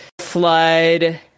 flood